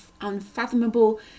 unfathomable